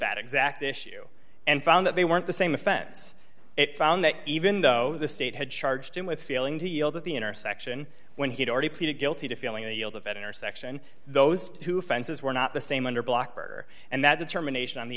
that exact issue and found that they weren't the same offense it found that even though the state had charged him with failing to yield at the intersection when he'd already pleaded guilty to feeling the yield of an intersection those two fences were not the same under blocker and that determination on the